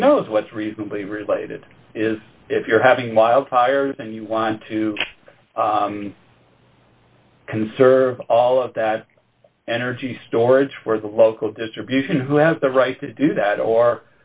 who knows what's reasonably related is if you're having wildfires and you want to conserve all of that energy storage for the local distribution who has the right to do that or